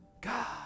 god